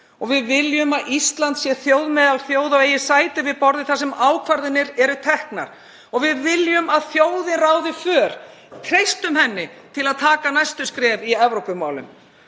Við viljum að Ísland sé þjóð meðal þjóða og eigi sæti við borðið þar sem ákvarðanir eru teknar. Við viljum að þjóðin ráði för; treystum henni til að taka næstu skref í Evrópumálum.